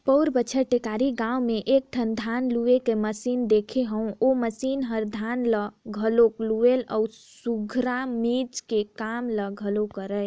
पउर बच्छर टेकारी गाँव में एकठन धान लूए के मसीन देखे हंव ओ मसीन ह धान ल घलोक लुवय अउ संघरा मिंजे के काम ल घलोक करय